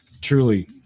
truly